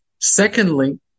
Secondly